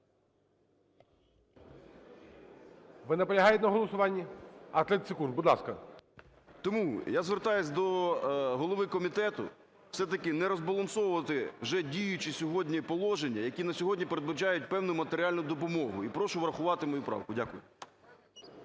Ви наполягаєте на голосуванні? А! 30 секунд, будь ласка. СЕМЕНУХА Р.С. Тому я звертаюсь до голови комітету, все-таки, не розбалансовувати вже діючі сьогодні положення, які на сьогодні передбачають певну матеріальну допомогу, і прошу врахувати мою правку. Дякую.